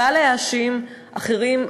קל להאשים אחרים,